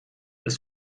ist